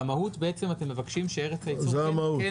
במהות בעצם אתם מבקשים שארץ הייצור כן תהיה מסומנת.